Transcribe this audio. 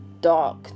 dark